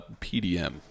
PDM